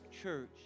church